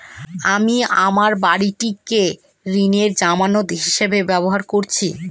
আমি আমার বাড়িটিকে ঋণের জামানত হিসাবে ব্যবহার করেছি